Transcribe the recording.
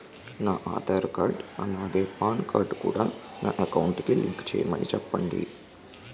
నా ఆధార్ కార్డ్ అలాగే PAN card కూడా నా అకౌంట్ కి లింక్ చేయమని చెప్పండి